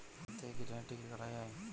Phone থেকে কি ট্রেনের টিকিট কাটা য়ায়?